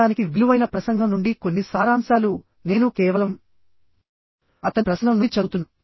చదవడానికి విలువైన ప్రసంగం నుండి కొన్ని సారాంశాలు నేను కేవలం అతని ప్రసంగం నుండి చదువుతున్న